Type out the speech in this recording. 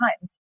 times